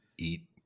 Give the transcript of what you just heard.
Eat